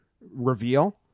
reveal